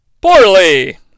Poorly